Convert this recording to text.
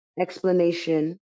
explanation